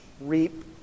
reap